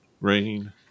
rain